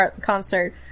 concert